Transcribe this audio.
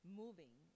moving